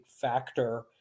factor